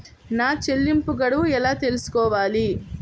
నా చెల్లింపు గడువు ఎలా తెలుసుకోవాలి?